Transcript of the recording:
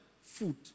food